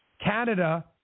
Canada